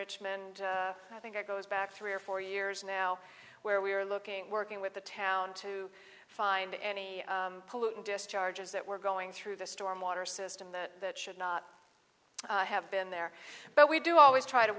richmond i think it goes back three or four years now where we are looking working with the town to find any pollutant discharges that were going through the storm water system that should not have been there but we do always try to